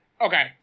Okay